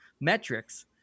metrics